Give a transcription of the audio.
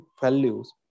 values